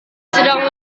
sedang